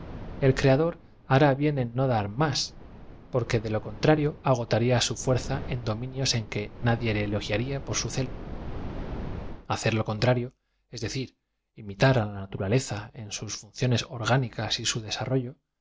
el creador hará bien en no dar más porque de lo contrario agotarla su fuer z a en dominios en que nadie le elogiaría por su celo h acer lo contrario es decir im itar á la naturaleza en sus funciones orgánicas y su desarrollo